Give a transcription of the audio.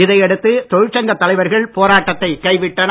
இதை அடுத்து தொழிற்சங்கத் தலைவர்கள் போராட்டத்தை கைவிட்டனர்